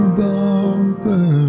bumper